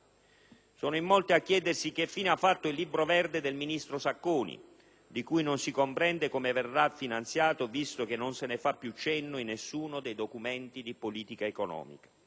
Sono in molti a chiedersi che fine ha fatto il Libro verde del Ministro Sacconi, di cui non si comprende come verrà finanziato, visto che non se ne fa più cenno in nessuno dei documenti di politica economica.